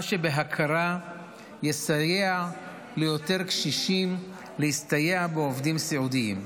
מה שבהכרח יסייע ליותר קשישים להסתייע בעובדים סיעודיים.